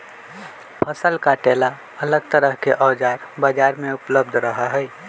फसल काटे ला अलग तरह के औजार बाजार में उपलब्ध रहा हई